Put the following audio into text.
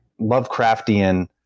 Lovecraftian